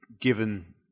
given